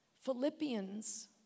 Philippians